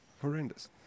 horrendous